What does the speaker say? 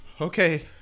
Okay